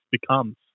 becomes